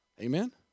Amen